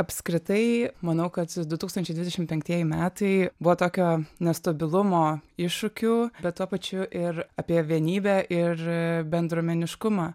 apskritai manau kad du tūkstančiai dvidešimt penktieji metai buvo tokio nestabilumo iššūkių bet tuo pačiu ir apie vienybę ir bendruomeniškumą